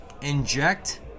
inject